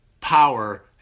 power